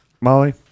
Molly